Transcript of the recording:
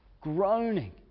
groaning